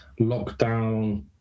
Lockdown